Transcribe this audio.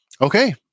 Okay